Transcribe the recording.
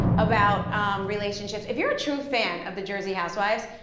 about relationships. if you're a true fan of the jersey housewives,